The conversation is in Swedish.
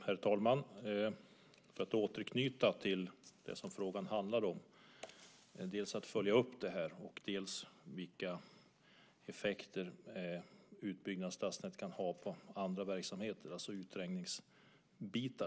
Herr talman! Jag ska återknyta till det som frågan handlade om, dels att följa upp det här, dels vilka effekter utbyggnaden av stadsnät kan ha på andra verksamheter, alltså utträngning.